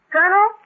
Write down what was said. Colonel